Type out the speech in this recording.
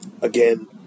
Again